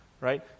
right